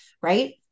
right